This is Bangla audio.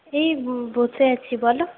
এই বসে আছি বলো